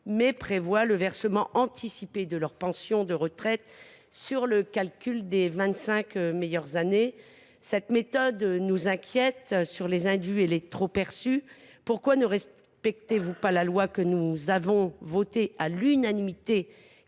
prévoit le versement anticipé de leur pension de retraite avec calcul sur les vingt cinq meilleures années. Cette méthode nous inquiète sur les induits et les trop perçus. Pourquoi ne respectez vous pas la loi que nous avons votée à l’unanimité,